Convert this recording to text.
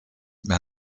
mehr